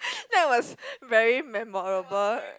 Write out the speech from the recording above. that was very memorable